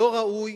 לא ראוי,